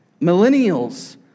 Millennials